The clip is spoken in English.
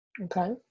okay